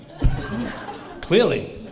Clearly